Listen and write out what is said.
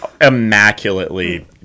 immaculately